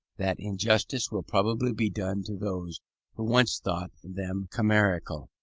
that injustice will probably be done to those who once thought them chimerical.